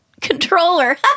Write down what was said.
controller